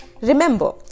Remember